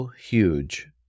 huge